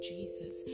Jesus